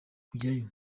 kujyayo